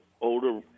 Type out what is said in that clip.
older